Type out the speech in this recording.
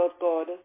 God